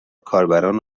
کاربران